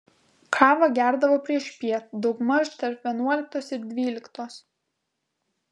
kavą gerdavo priešpiet daugmaž tarp vienuoliktos ir dvyliktos